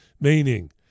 meaning